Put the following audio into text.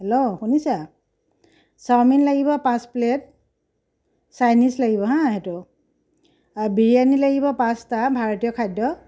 hello শুনিছা chow mein লাগিব পাঁচ প্লেট চাইনীজ লাগিব হাঁ সেইটো বিৰিয়ানী লাগিব পাঁচটা ভাৰতীয় খাদ্য